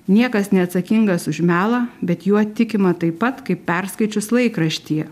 niekas neatsakingas už melą bet juo tikima taip pat kaip perskaičius laikraštyje